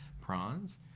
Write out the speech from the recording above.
prawns